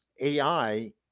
ai